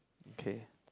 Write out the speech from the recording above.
okay